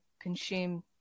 consume